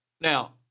Now